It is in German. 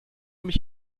mich